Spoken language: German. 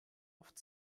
oft